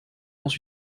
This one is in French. dans